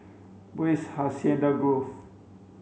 where is Hacienda Grove